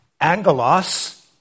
angelos